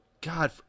God